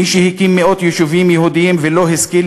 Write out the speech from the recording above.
מי שהקים מאות יישובים יהודיים ולא השכיל